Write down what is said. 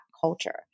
culture